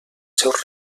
seus